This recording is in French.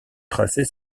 tracés